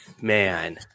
man